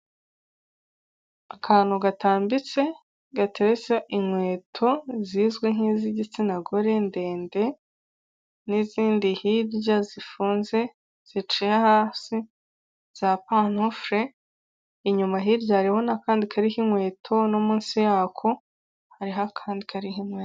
Akantu gatambitse, garetse inkweto zizwi nk'iz'igitsina gore, ndende, n'izindi hirya zifunze zicayeye hasi za panufule, inyuma hirya harimo n'akandi kariho inkweto no munsi yako hari akandi kariho inkweto.